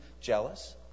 jealous